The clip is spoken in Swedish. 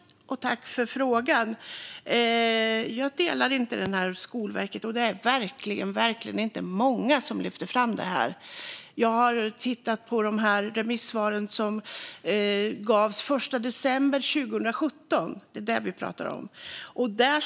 Fru talman! Jag tackar för frågan. När det gäller detta med Skolverket delar jag inte den uppfattningen, och det är verkligen inte många som lyfter fram det här. Jag har tittat på de remissvar som gavs den 1 december 2017 - det är det vi pratar om.